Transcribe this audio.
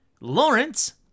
Lawrence